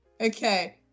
Okay